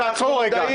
תעצור רגע.